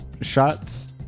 Shots